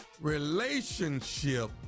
Relationship